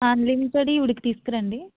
అన్లిమిటెడ్వి ఈవిడకు తీసుకురండి